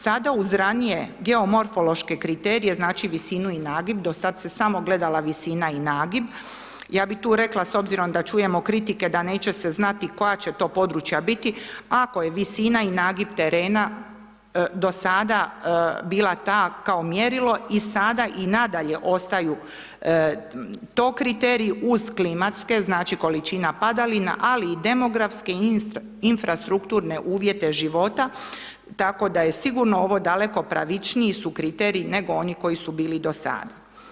Sada uz ranije geomorfološko kriterije, znači visinu i nagib, do sada se samo gledala visina i nagib, ja bi rekla, s obzirom da čujemo kritike, da neće se znati koja će to područja biti, ako je visina i nagib terena do sada bila ta kao mjerilo i sada i nadalje ostaju to kriteriji uz klimatske, znači količina padalina ali i demografske infrastrukturne uvijete života, tako da je sigurno ovo daleko pravičniji su kriteriji nego oni koji su bili do sada.